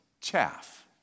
chaff